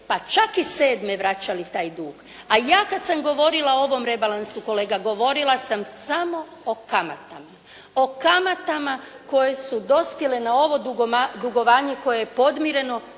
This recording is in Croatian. pa čak i sedme vraćali taj dug, a ja kada sam govorila o ovom rebalansu kolega, govorila sam samo o kamatama. O kamatama koje su dospjele na ovom dugovanju koje je podmireno